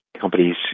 companies